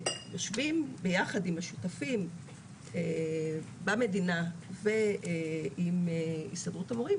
וכשיושבים ביחד עם השותפים במדינה ועם הסתדרות המורים,